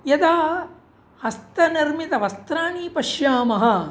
यदा हस्तनिर्मितवस्त्राणि पश्यामः